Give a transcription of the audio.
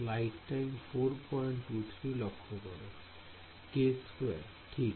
ঠিক